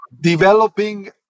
developing